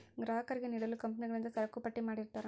ಗ್ರಾಹಕರಿಗೆ ನೀಡಲು ಕಂಪನಿಗಳಿಂದ ಸರಕುಪಟ್ಟಿ ಮಾಡಿರ್ತರಾ